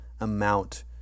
amount